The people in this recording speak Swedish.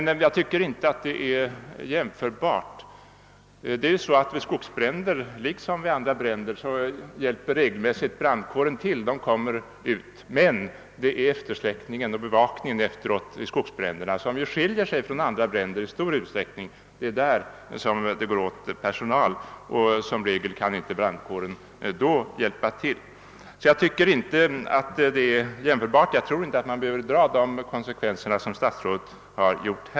Jag tycker inte att det är ett jämförbart fall. Vid skogsbränder liksom vid andra bränder rycker brandkåren regelmässigt ut och hjälper till med släckningen. Det är emellertid eftersläckningen och den efterföljande bevakningen som i stor utsträckning skiljer skogsbränder från andra bränder. Det är för dessa uppgifter som det krävs personal, och därvid kan brandkåren som regel inte hjälpa till. Förhållandena är alltså inte jämförbara, och man behöver därför inte dra de slutsatser som statsrådet gjort.